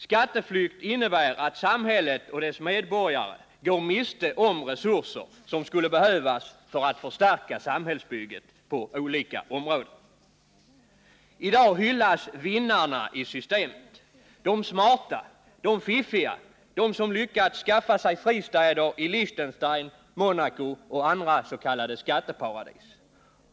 Skatteflykt innebär att samhället och dess medborgare går miste om resurser som skulle behövas för att förstärka samhällsbygget på olika områden. I dag hyllas vinnarna i systemet, de smarta, de fiffiga, de som lyckats skaffa sig fristäder i Liechtenstein, Monaco och andra s.k. skatteparadis.